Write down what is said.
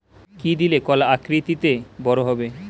কি দিলে কলা আকৃতিতে বড় হবে?